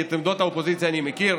כי את עמדות האופוזיציה אני מכיר: